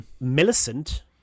Millicent